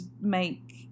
make